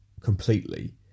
completely